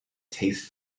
taste